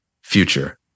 future